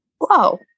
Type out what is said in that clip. whoa